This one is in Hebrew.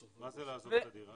מה זה לעזוב את הדירה?